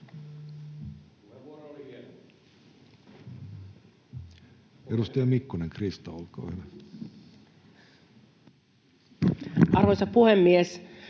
Arvoisa puhemies!